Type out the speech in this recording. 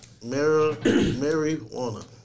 Marijuana